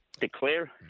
declare